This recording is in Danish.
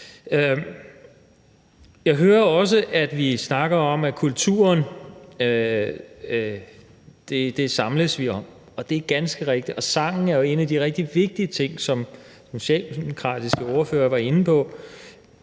Jeg hører også, at vi snakker om, at vi samles om kulturen, og det er ganske rigtigt, og sangen er jo en af de rigtig vigtige ting, som den socialdemokratiske ordfører var inde på.